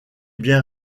bien